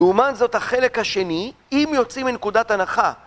אומן זאת החלק השני אם יוצאים מנקודת הנחה.